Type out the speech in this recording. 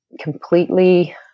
completely